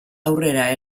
aurrera